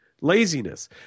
laziness